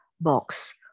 box